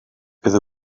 bydd